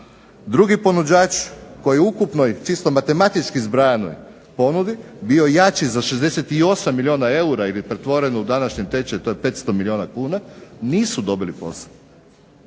Drugi ponuđač koji je u ukupnoj čisto matematički zbrajanoj ponudi bio jači za 68 milijuna eura ili pretvoreno u današnji tečaj to je 500 milijuna kuna, nisu dobili posao.